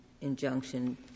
injunction